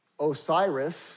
Osiris